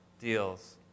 deals